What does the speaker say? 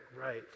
right